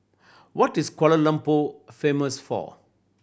what is Kuala Lumpur famous for